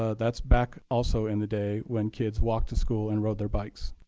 ah that's back also in the day when kids walked to school and rode their bikes.